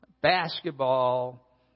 basketball